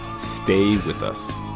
stay with us,